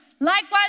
Likewise